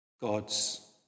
God's